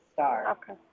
Okay